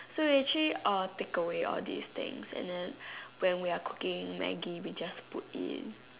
so we actually uh take away all these things and then when we are cooking Maggi we just put in